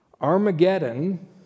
armageddon